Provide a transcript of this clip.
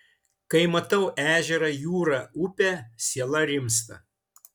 kai matau ežerą jūrą upę siela rimsta